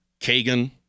Kagan